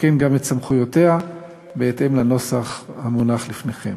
לתקן גם את סמכויותיה בהתאם לנוסח המונח לפניכם.